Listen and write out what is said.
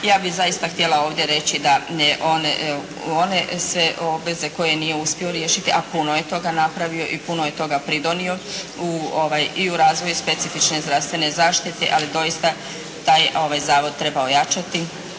ja bih zaista htjela ovdje reći da one sve obveze koje nije uspio riješiti a puno je toga napravio i puno je toga pridonio i u razvoju specifične zdravstvene zaštite ali doista taj zavod treba ojačati